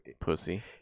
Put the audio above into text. pussy